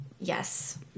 Yes